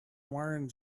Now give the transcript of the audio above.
wearing